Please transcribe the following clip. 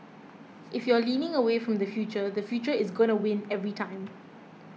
if you're leaning away from the future the future is gonna win every time